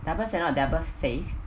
double standard or double face